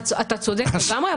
אתה צודק לגמרי,